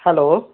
hello